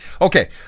Okay